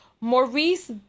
maurice